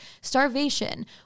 starvation